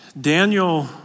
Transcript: Daniel